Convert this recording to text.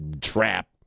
trap